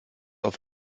auf